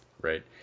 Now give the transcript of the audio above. right